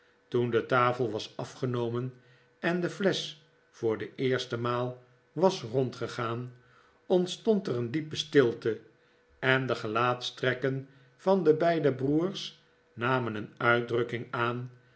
toen de tafel was afgenomen en de flesch voor de eerste maal was rondgegaan ontstond er een diepe stilte en de gelaatstrekken van de beide broers namen een uitdrukking aan